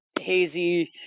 hazy